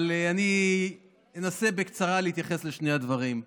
אבל אני אנסה בקצרה להתייחס לשני הדברים.